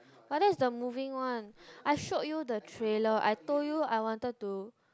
but that's the moving one I showed you the trailer I told you I wanted to